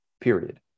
period